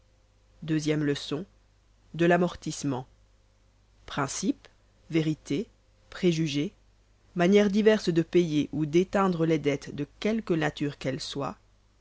deuxième leçon de l'amortissement principe vérité préjugé manières diverses de payer ou d'éteindre les dettes de quelque nature qu'elles soient